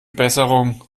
besserung